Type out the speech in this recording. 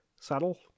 saddle